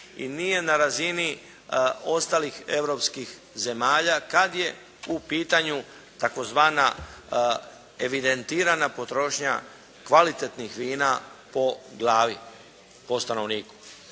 i nije na razini ostalih Europskih zemalja kada je u pitanju tzv. evidentirana potrošnja kvalitetnih vina po stanovniku.